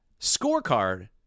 scorecard